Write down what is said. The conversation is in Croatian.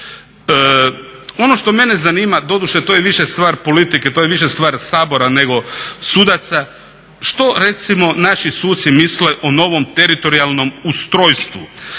Ono što mene zanima, doduše to je više stvar politike, to je više stvar Sabora nego sudaca, što recimo naši suci misle o novom teritorijalnom ustrojstvu?